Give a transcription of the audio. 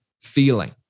feeling